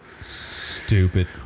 Stupid